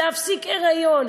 להפסיק היריון,